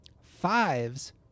Fives